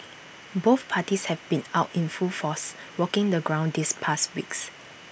both parties have been out in full force walking the ground these past weeks